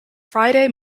friday